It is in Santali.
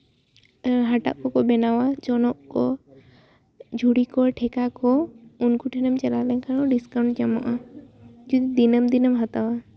ᱦᱟᱴᱟᱜ ᱠᱚᱠᱚ ᱵᱮᱱᱟᱣᱟ ᱡᱚᱱᱚᱜ ᱠᱚ ᱡᱷᱩᱲᱤ ᱠᱚ ᱴᱷᱮᱠᱟ ᱠᱚ ᱩᱱᱠᱩ ᱴᱷᱮᱱᱮᱢ ᱪᱟᱞᱟᱣ ᱞᱮᱱᱠᱷᱟᱱ ᱦᱚᱸ ᱰᱤᱥᱠᱟᱣᱩᱱᱴ ᱧᱟᱢᱚᱜᱼᱟ ᱡᱩᱫᱤ ᱫᱤᱱᱟᱹᱢ ᱫᱤᱱᱮᱢ ᱦᱟᱛᱟᱣᱟ